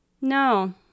no